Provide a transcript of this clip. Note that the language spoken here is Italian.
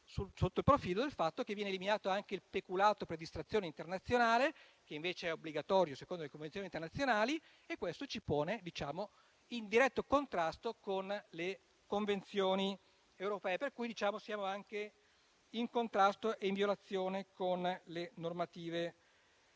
sotto il profilo del fatto che viene eliminato anche il peculato per distrazione internazionale, che invece è obbligatorio secondo le convenzioni internazionali. E questo ci pone in diretto contrasto con le convenzioni europee, per cui siamo anche in contrasto e in violazione con le normative europee.